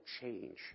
change